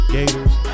Gators